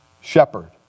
shepherd